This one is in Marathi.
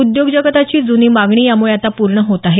उद्योग जगताची जुनी मागणी यामुळे आता पूर्ण होत आहे